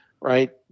right